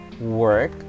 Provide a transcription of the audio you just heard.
work